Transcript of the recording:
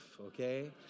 okay